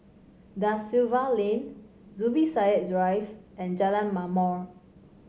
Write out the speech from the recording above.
Da Silva Lane Zubir Said Drive and Jalan Ma'mor